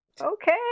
okay